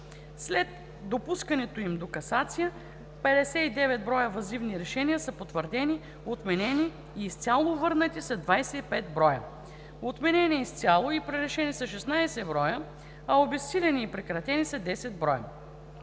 След допускането им до касация 59 броя въззивни решения са потвърдени, отменени изцяло и върнати са 25 броя, отменени изцяло и пререшени са 16 броя, а обезсилени и прекратени са 10 броя.